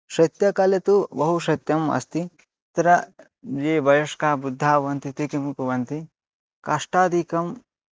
शैत्यकाले तु बहु शैत्यम् अस्ति तत्र ये वयस्काः वृद्धाः भवन्ति ते किं कुवन्ति काष्ठादिकं